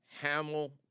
Hamill